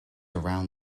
around